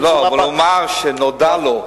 אבל הוא אמר שנודע לו.